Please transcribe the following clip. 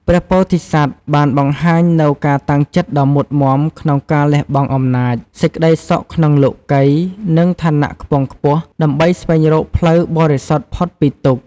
ព្រះពោធិសត្វបានបង្ហាញនូវការតាំងចិត្តដ៏មុតមាំក្នុងការលះបង់អំណាច សេចក្តីសុខក្នុងលោកិយ និងឋានៈខ្ពង់ខ្ពស់ ដើម្បីស្វែងរកផ្លូវបរិសុទ្ធផុតពីទុក្ខ។